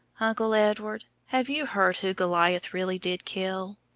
uncle edward, have you heard who goliath really did kill?